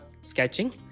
sketching